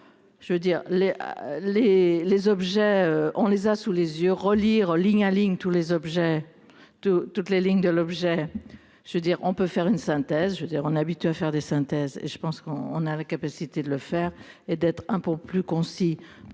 je veux dire les, les, les objets, on les a sous les yeux, relire ligne aligne tous les objets de toutes les lignes de l'objet, je veux dire on peut faire une synthèse, je veux dire on est habitué à faire des synthèses, je pense qu'on on a la capacité de le faire et d'être un peu plus concis